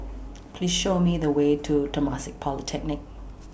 Please Show Me The Way to Temasek Polytechnic